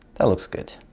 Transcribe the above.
that looks good